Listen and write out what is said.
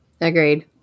Agreed